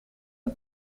een